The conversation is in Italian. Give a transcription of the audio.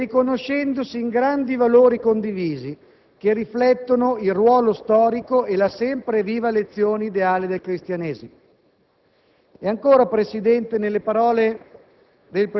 parlando con una sola voce e riconoscendosi in grandi valori condivisi, che riflettono il ruolo storico e la sempre viva lezione ideale del Cristianesimo».